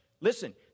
listen